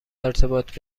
ارتباط